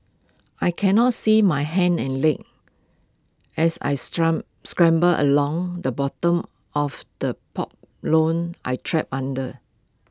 I cannot see my hands and legs as I scramble along the bottom of the lone I trapped under